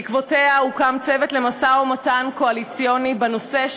בעקבותיה הוקם צוות למשא-ומתן קואליציוני בנושא,